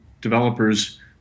developers